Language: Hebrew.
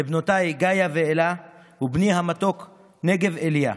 לבנותיי גאיה ואלה ובני המתוק נגב אליה,